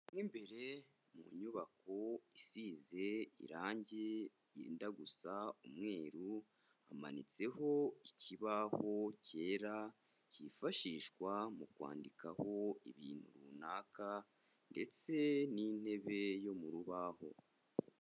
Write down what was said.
Mo imbere mu nyubako, isize irangi ryenda gusa umweru. Hamanitseho ikibaho cyera, cyifashishwa mu kwandikaho ibintu runaka, ndetse n'intebe yo mu rubaho.